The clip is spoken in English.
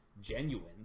genuine